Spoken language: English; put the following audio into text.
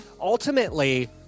ultimately